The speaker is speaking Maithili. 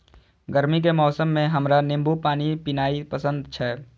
गर्मी के मौसम मे हमरा नींबू पानी पीनाइ पसंद छै